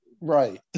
Right